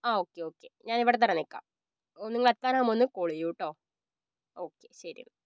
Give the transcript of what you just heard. ആ okay okay ഞാൻ ഇവിടത്തന്നെ നിൽക്കാം നിങ്ങള് എത്താറാകുമ്പം ഒന്ന് കോള് ചെയ്യൂ കെട്ടോ ഓക്കെ ശരി എന്നാൽ